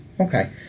Okay